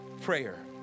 prayer